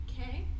Okay